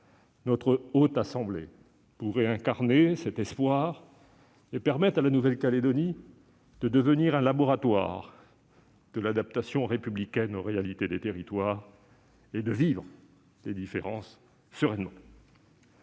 notre Haute Assemblée pourrait incarner cet espoir et permettre à la Nouvelle-Calédonie de devenir un laboratoire de l'adaptation républicaine aux réalités des territoires et de vivre les différences sereinement.